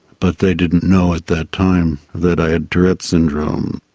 but they didn't know at that time that i had tourette's syndrome.